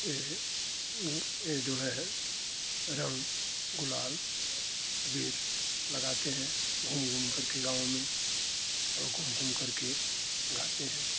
ए ए जो है रंग गुलाल अबीर लगाते हैं घूम घूमकर गाँव में और घूम घूमकर के गाते हैं